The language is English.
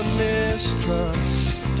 mistrust